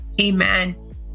Amen